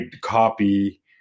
copy